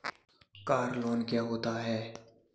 Car loan क्या होता है?